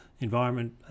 environment